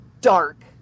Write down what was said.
dark